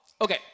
Okay